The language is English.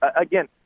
Again